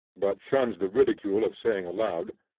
but shuns the ridicule of saying aloud,